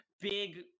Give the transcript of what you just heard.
big